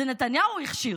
זה נתניהו הכשיר,